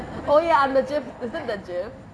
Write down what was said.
oh ya the gif is it the gif